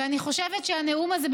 ואני חושבת שהנאום הזה,